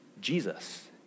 Jesus